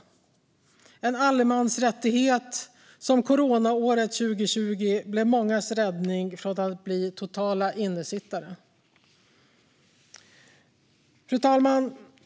Det är en rättighet som coronaåret 2020 har blivit mångas räddning från att bli totala innesittare. Fru talman!